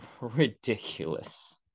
ridiculous